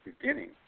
beginning